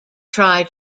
try